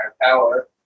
power